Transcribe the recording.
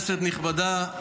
כנסת נכבדה,